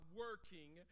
working